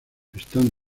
están